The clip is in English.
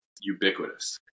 ubiquitous